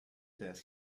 this